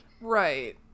Right